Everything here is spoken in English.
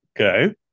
Okay